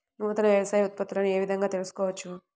నూతన వ్యవసాయ ఉత్పత్తులను ఏ విధంగా తెలుసుకోవచ్చు?